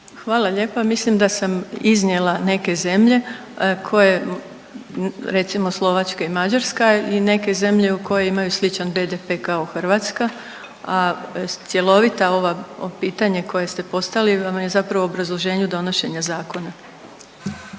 Hvala lijepa. Mislim da sam iznijela neke zemlje koje recimo Slovačka i Mađarska i neke zemlje u koje imaju sličan BDP kao Hrvatska, a cjelovita ova pitanje koje ste postavili vam je zapravo koje ste postavili vam